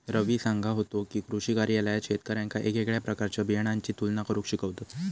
रवी सांगा होतो की, कृषी कार्यालयात शेतकऱ्यांका येगयेगळ्या प्रकारच्या बियाणांची तुलना करुक शिकवतत